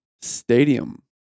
Stadium